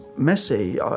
Messy